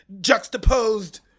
juxtaposed